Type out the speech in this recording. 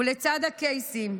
ולצידם הקייסים,